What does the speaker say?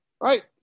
right